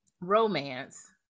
romance